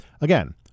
again